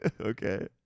Okay